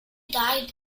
died